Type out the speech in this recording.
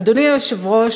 "אדוני היושב-ראש,